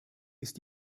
ist